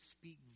speak